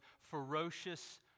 ferocious